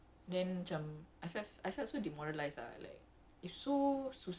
so the first day um afro was like in the corner